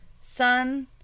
Sun